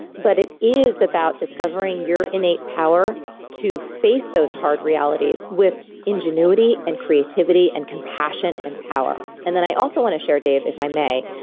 but it is about discovering your innate power to face those hard realities with ingenuity and creativity and compassion and power. and then i also want to share, dave, if i may,